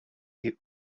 you